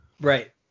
right